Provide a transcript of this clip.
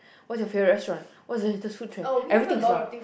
what's your favourite restaurant what's the latest food trend everything is long